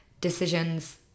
decisions